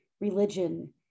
religion